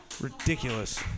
ridiculous